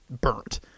burnt